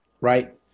right